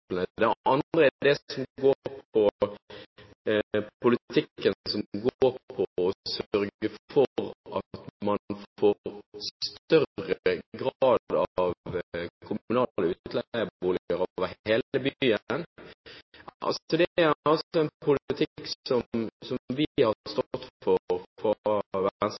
Det andre er politikken som går på å sørge for at man får større grad av kommunale utleieboliger over hele byen. Det er en politikk som vi fra venstresiden i Oslo bystyre har stått for.